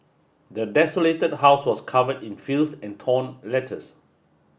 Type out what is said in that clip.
the desolated house was covered in filth and torn letters